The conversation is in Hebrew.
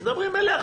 הם מדברים אליך.